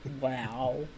Wow